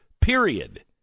period